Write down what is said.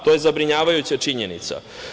To je zabrinjavajuća činjenica.